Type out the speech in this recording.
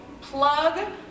plug